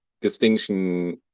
distinction